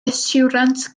yswiriant